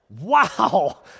Wow